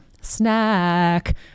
snack